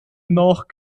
noch